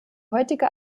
heutige